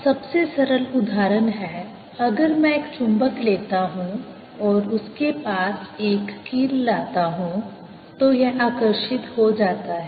अब सबसे सरल उदाहरण है अगर मैं एक चुंबक लेता हूं और उसके पास एक कील लाता हूं तो यह आकर्षित हो जाता है